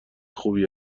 خوبی